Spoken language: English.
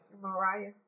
Mariah